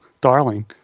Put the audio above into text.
darling